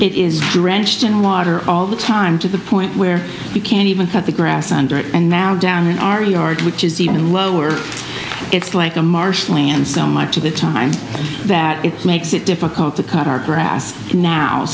it is drenched in water all the time to the point where you can't even cut the grass under it and now down in our yard which is even lower it's like a marshland so much of the time that it makes it difficult to cut our grass now